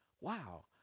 Wow